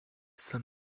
saint